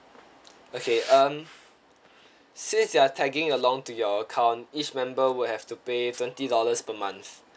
okay um since they are tagging along to your account each member will have to pay twenty dollars per month